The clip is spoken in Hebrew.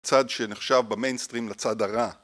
צד שנחשב במיינסטרים לצד הרע